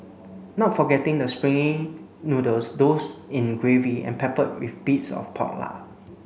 not forgetting the springy noodles doused in gravy and peppered with bits of pork lard